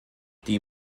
die